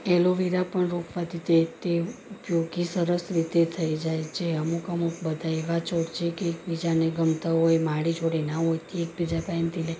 aloe vera પણ રોપવાથી તે તે ઉપયોગી સરસ રીતે થઈ જાય છે અમુક અમુક બધા એવા છોડ છે કે એકબીજાને ગમતા હોય માડી જોડે ના હોય તે એકબીજા પાસેથી લઈ